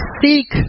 seek